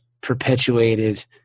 perpetuated